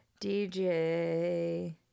DJ